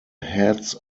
heads